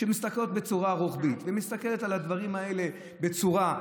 שמסתכלות על הדברים האלה בצורה רוחבית,